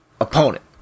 opponent